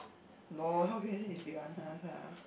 no how can you say it's piranhas lah